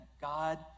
God